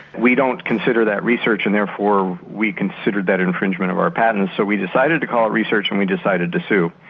we don't consider that research and therefore we considered that infringement of our patent so we decided to call it research and we decided to sue.